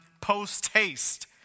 post-haste